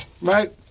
Right